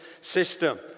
system